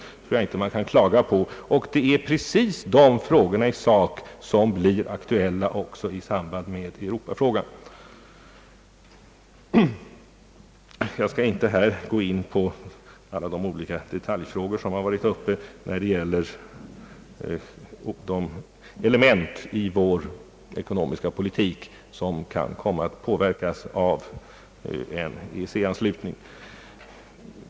Det är precis de frågorna i sak som blir aktuella också i samband med Europafrågan. Jag skall inte här gå in på alla olika detaljfrågor som varit uppe och de element av vår ekonomiska politik som kan komma att påverkas av en EEC anslutning.